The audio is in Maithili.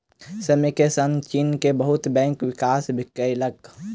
समय के संग चीन के बहुत बैंक विकास केलक